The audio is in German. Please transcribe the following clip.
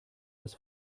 das